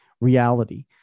reality